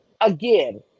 again